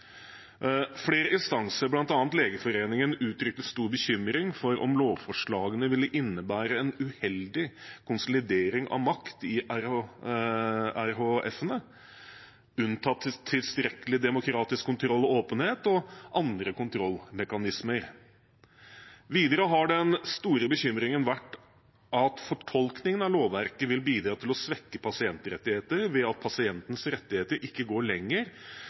Flere instanser, bl.a. Legeforeningen, uttrykte stor bekymring for om lovforslagene ville innebære en uheldig konsolidering av makt i RHF-ene, unntatt tilstrekkelig demokratisk kontroll og åpenhet og andre kontrollmekanismer. Videre har den store bekymringen vært at fortolkningen av lovverket vil bidra til å svekke pasientrettigheter ved at pasientens rettigheter ikke går lenger